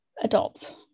adults